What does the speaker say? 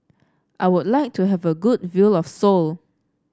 I would like to have a good view of Seoul